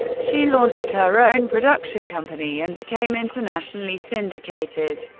she launched her own production company and became internationally syndicated.